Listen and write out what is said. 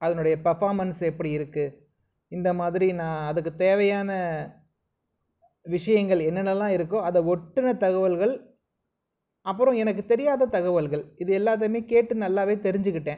அதனுடைய பர்ஃபாமன்ஸ் எப்படி இருக்குது இந்தமாதிரி நான் அதுக்கு தேவையான விஷயங்கள் என்னெனலாம் இருக்கோ அதை ஒட்டின தகவல்கள் அப்புறோ எனக்கு தெரியாத தகவல்கள் இது எல்லாத்தையுமே கேட்டு நல்லாவே தெரிஞ்சுகிட்டேன்